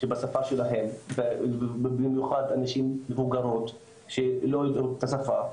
בשפה שלהם ובמיוחד נשים מבוגרות שלא יודעות את השפה,